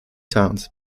towns